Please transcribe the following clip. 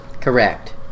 Correct